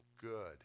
Good